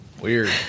Weird